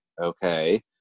Okay